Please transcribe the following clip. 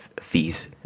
fees